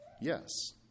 Yes